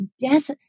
Death